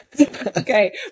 okay